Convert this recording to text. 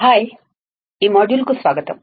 hi ఈ మాడ్యూల్కు స్వాగతం